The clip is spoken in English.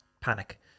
panic